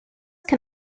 can